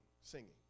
singing